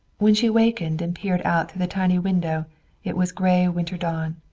when she wakened and peered out through the tiny window it was gray winter dawn.